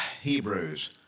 Hebrews